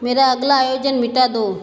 मेरा अगला आयोजन मिटा दो